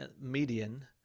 median